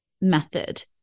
method